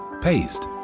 paste